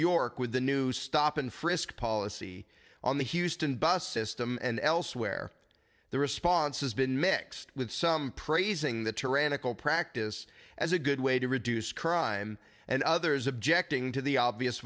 york with the new stop and frisk policy on the houston bus system and elsewhere the response has been mixed with some praising the tyrannical practice as a good way to reduce crime and others objecting to the obvious